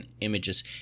images